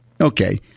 Okay